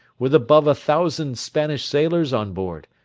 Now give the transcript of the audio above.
with above a thousand spanish sailors on board,